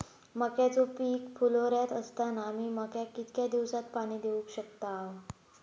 मक्याचो पीक फुलोऱ्यात असताना मी मक्याक कितक्या दिवसात पाणी देऊक शकताव?